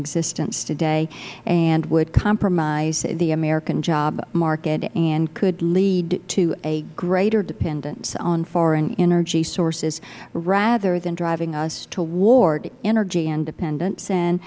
existence today and would compromise the american job market and could lead to a greater dependence on foreign energy sources rather than driving us toward energy independence and